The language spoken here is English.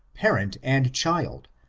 parent and child,